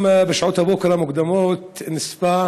ולנשים אני קוראת לשים לב לנורות האדומות שנדלקות